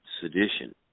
sedition